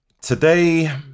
today